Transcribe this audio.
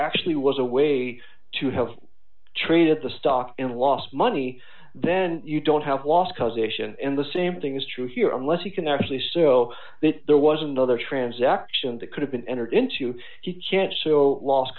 actually was a way to have treated the stock and lost money then you don't have lost causation and the same thing is true here unless you can actually so that there was another transaction that could have been entered into you can't so lost